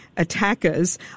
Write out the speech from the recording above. Attackers